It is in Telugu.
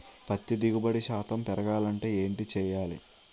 పత్తి దిగుబడి శాతం పెరగాలంటే ఏంటి చేయాలి?